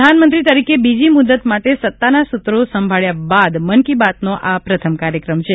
પ્રધાનમંત્રી તરીકે બીજી મુદ્દત માટે સત્તાના સૂત્રો સંભાળ્યા બાદ મન કી બાતનો આ પ્રથમ કાર્યક્રમ છે